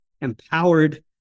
empowered